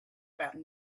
about